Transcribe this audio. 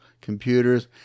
computers